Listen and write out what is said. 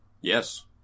Yes